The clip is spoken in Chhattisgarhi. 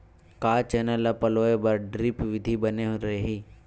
का चना ल पलोय बर ड्रिप विधी बने रही?